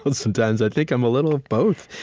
and sometimes i think i'm a little of both,